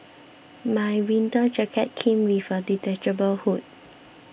my winter jacket came with a detachable hood